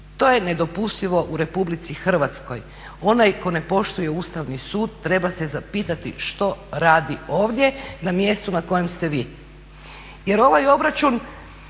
To je nedopustivo u RH. Onaj tko ne poštuje Ustavni sud treba se zapitati što radi ovdje na mjestu na kojem ste vi. Jer ovaj obračun